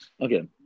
Okay